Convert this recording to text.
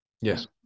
yes